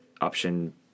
option